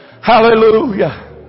hallelujah